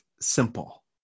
simple